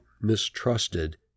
mistrusted